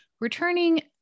returning